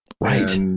Right